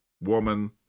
woman